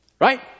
right